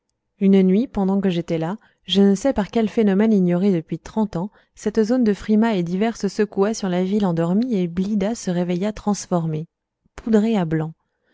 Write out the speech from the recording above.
une nuit pendant que j'étais là je ne sais par quel phénomène ignoré depuis trente ans cette zone de frimas et d'hiver se secoua sur la ville endormie et blidah se réveilla transformée poudrée à blanc